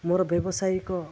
ମୋର ବ୍ୟବସାୟିକ